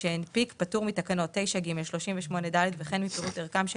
שהנפיק פטור מתקנת 9ג וכן מפירוט ערכם של